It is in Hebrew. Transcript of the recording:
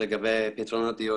אנחנו קמנו לפני שנתיים כפתרון דיור